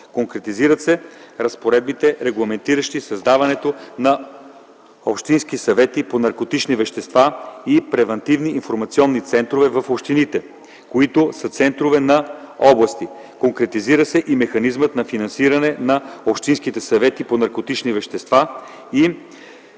Конкретизират се разпоредбите, регламентиращи създаването на общински съвети по наркотични вещества и превантивни информационни центрове в общините, които са центрове на области. Конкретизира се и механизмът на финансиране на общинските съвети по наркотични вещества и